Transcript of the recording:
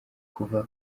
kuva